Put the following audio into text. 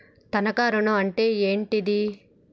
తనఖా ఋణం అంటే ఏంటిది?